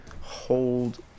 hold